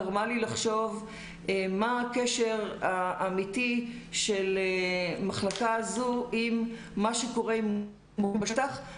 גרמה לי לחשוב מה הקשר האמיתי של מחלקה זו עם מה שקורה עם מורים בשטח.